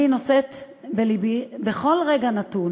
אני נושאת בלבי בכל רגע נתון